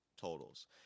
totals